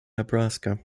nebraska